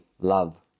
love